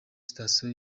sitasiyo